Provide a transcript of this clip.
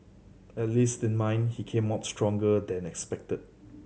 at least in mind he came out stronger than expected